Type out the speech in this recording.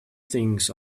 things